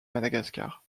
madagascar